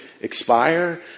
expire